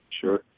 sure